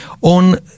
on